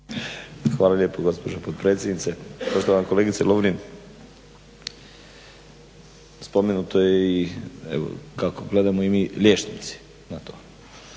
Hvala lijepo gospođo potpredsjednice. Poštovana kolegice Lovrin. Spomenuto je kako gledamo i mi liječnici na to.